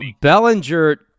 Bellinger